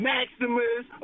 Maximus